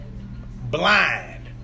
Blind